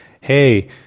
hey